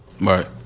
right